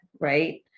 right